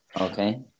Okay